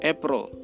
April